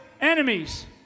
enemies